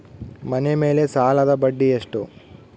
ಮನೆ ಮೇಲೆ ಸಾಲದ ಬಡ್ಡಿ ಎಷ್ಟು?